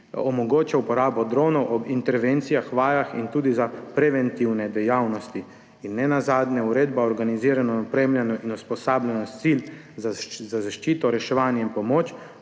omogočil uporabo dronov ob intervencijah, vajah in tudi za preventivne dejavnosti. In ne nazadnje je uredba o organiziranju, opremljanju in usposabljanju sil za zaščito, reševanje in pomoč,